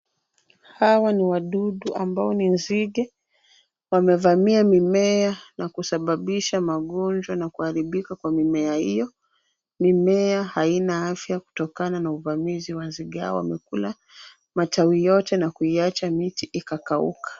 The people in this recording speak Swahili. Hawa ni wadudu ambao ni nzige, wamevamia mimea na kusababisha magonjwa na kuharibika kwa mimea hiyo. Mimea haina afya kutokana na uvamizi wa nzige hao wamekula matawi yote na kuiacha miti ikakauka.